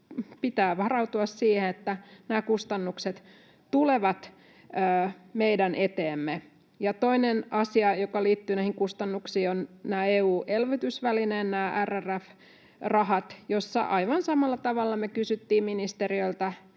pitää varautua siihen, että nämä kustannukset tulevat meidän eteemme. Toinen asia, joka liittyy näihin kustannuksiin, on nämä EU:n elvytysvälineen RRF-rahat, joista aivan samalla tavalla me kysyttiin ministeriöltä